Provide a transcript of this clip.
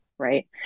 Right